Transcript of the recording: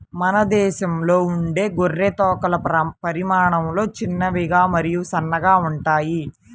మన దేశంలో ఉండే గొర్రె తోకలు పరిమాణంలో చిన్నవి మరియు సన్నగా ఉంటాయి